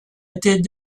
étaient